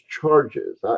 charges